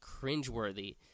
cringeworthy